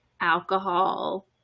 alcohol